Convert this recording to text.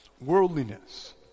worldliness